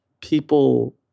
people